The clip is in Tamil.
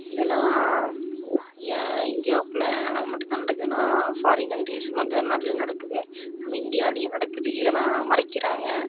இதெல்லாம் ஏன் இந்தியாவுக்குள்ள மட்டுந்தான் நடக்குதுனால் ஃபாரின் கன்ட்ரீஸ் மற்ற நாட்டிலயும் நடக்குது நம்ம இந்தியாவிலயும் நடக்குது இதெல்லாம் மறைக்கிறாங்க